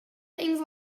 things